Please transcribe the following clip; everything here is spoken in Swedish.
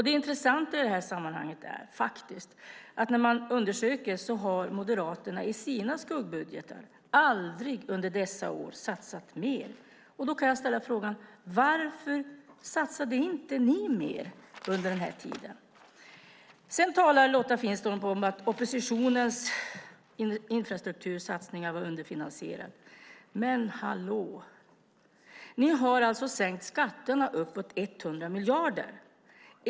Det intressanta i sammanhanget är att Moderaterna i sina skuggbudgetar aldrig under de åren satsade mer. Då kan jag ställa frågan: Varför satsade ni inte mer under den tiden? Sedan talar Lotta Finstorp om att oppositionens infrastruktursatsningar var underfinansierade. Men hallå! Ni har alltså sänkt skatterna med uppemot 100 miljarder.